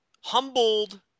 humbled